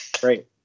Great